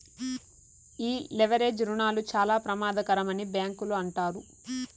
ఈ లెవరేజ్ రుణాలు చాలా ప్రమాదకరమని బ్యాంకులు అంటారు